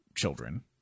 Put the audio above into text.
children